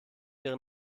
ihre